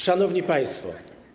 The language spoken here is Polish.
Szanowni Państwo!